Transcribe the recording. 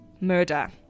murder